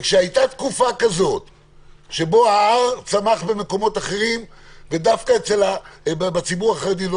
כשהייתה תקופה שהמקדם צמח במקומות אחרים ודווקא בציבור החרדי לא,